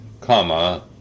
comma